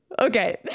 Okay